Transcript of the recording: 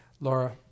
Laura